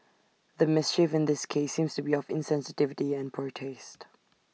the mischief in this case seems to be of insensitivity and poor taste